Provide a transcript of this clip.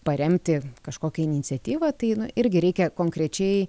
paremti kažkokią iniciatyvą tai irgi reikia konkrečiai